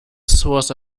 source